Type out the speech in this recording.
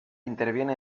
interviene